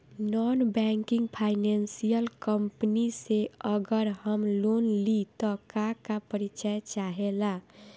Non banking financial company से अगर हम लोन लि त का का परिचय चाहे ला?